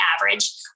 average